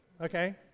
Okay